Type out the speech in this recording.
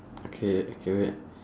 okay okay wait